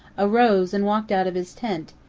arose and walked out of his tent,